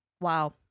Wow